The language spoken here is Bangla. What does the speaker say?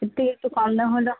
এর থেকে একটু কম দাম হলে